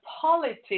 politics